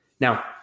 Now